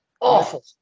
awful